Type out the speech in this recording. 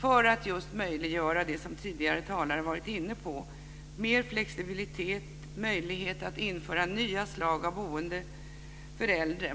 för att just möjliggöra det som tidigare talare varit inne på, dvs. mer flexibilitet och möjlighet att införa nya slag av boenden för äldre.